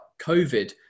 COVID